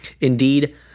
Indeed